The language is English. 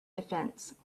defense